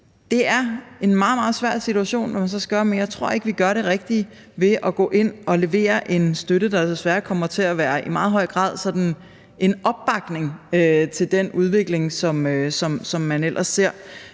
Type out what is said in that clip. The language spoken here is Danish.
Det er en meget, meget svær situation, men jeg tror ikke, at vi gør det rigtige ved at gå ind og levere en støtte, der desværre i meget høj grad kommer til at være en opbakning til den udvikling, som man ellers ser,